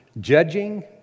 Judging